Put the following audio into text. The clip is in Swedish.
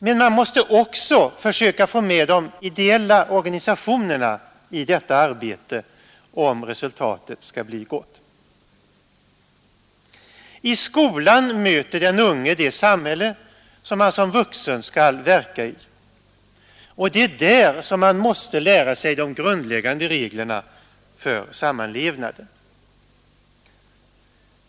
Men man måste också försöka få med de ideella organisationerna i detta arbete, om resultatet skall bli gott. I skolan möter den unge det samhälle som han som vuxen skall verka i, och det är där som han måste lära sig de grundläggande reglerna för sammanlevnaden.